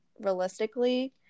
realistically